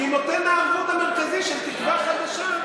כי נותן הערבות המרכזי של תקווה חדשה,